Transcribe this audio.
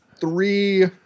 Three